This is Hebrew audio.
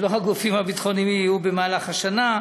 שלא הגופים הביטחוניים יהיו במהלך השנה.